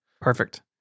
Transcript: Perfect